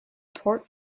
port